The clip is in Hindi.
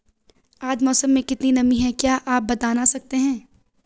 आज मौसम में कितनी नमी है क्या आप बताना सकते हैं?